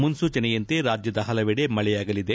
ಮುನ್ನೂಚನೆಯಂತೆ ರಾಜ್ಯದ ಹಲವೆಡೆ ಮಳೆಯಾಗಲಿದೆ